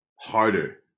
harder